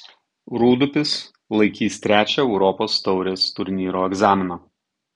rūdupis laikys trečią europos taurės turnyro egzaminą